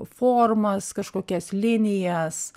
formas kažkokias linijas